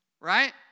right